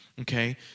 Okay